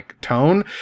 tone